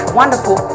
wonderful